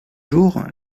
jour